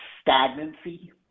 stagnancy